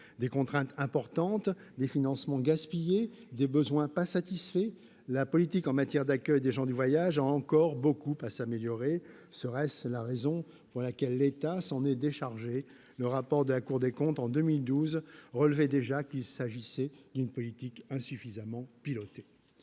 Des contraintes importantes, des financements gaspillés, des besoins pas satisfaits : la politique en matière d'accueil des gens du voyage a encore beaucoup à s'améliorer. Serait-ce la raison pour laquelle l'État s'en est déchargé ? Le rapport de la Cour des comptes relevait déjà, en 2012, qu'il s'agissait « d'une politique insuffisamment pilotée